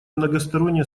многосторонние